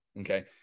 okay